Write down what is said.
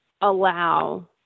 allow